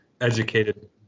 educated